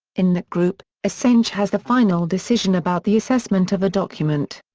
in that group, assange has the final decision about the assessment of a document.